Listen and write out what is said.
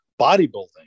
bodybuilding